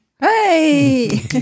Hey